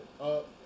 up